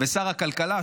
ושר הכלכלה,